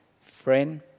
friend